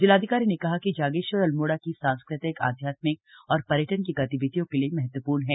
जिलाधिकारी ने कहा कि जागेश्वर अल्मोड़ा की सांस्कृतिक आध्यात्मिक और पर्यटन की गतिविधियों के लिए महत्वपूर्ण है